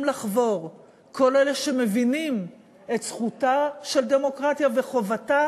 לחבור כל אלה שמבינים את זכותה של דמוקרטיה וחובתה